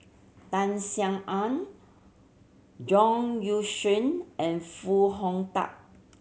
Tan Sin Aun Zhang Youshuo and Foo Hong Tatt